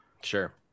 Sure